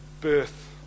birth